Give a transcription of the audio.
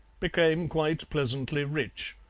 became quite pleasantly rich,